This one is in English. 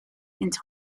into